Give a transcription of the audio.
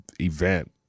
event